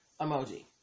emoji